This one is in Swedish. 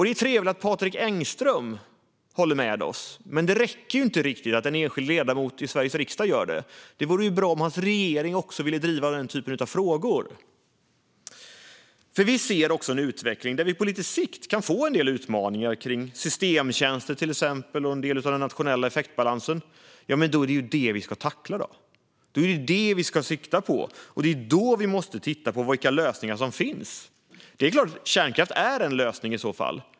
Det är trevligt att Patrik Engström håller med oss, men det räcker inte riktigt att en enskild ledamot i Sveriges riksdag gör det. Det vore bra om hans regering också ville driva den typen av frågor. Vi ser också en utveckling där vi på lite sikt kan få en del utmaningar kring till exempel systemtjänster och en del av den nationella effektbalansen. Då är det det vi ska tackla. Då är det det vi ska sikta på, och det är då vi måste titta på vilka lösningar som finns. Det är klart att kärnkraft är en lösning i så fall.